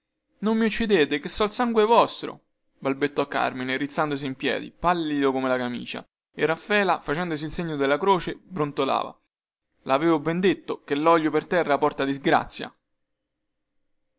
non mi uccidete chè sono sangue vostro balbettò carmine rizzandosi in piedi pallido come la camicia e raffaela facendosi il segno della croce brontolava lavevo ben detto che lolio per terra porta disgrazia